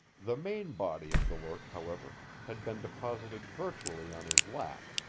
the main body of the work, however, had been deposited virtually on his lap,